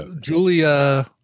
Julia